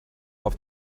auf